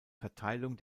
verteilung